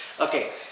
Okay